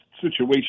situation